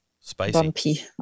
spicy